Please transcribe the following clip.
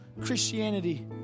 Christianity